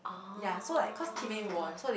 oh